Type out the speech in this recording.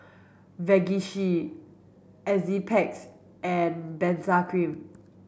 Vagisil Enzyplex and Benzac cream